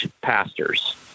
pastors